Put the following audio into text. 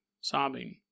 Sobbing